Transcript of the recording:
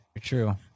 True